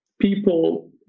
People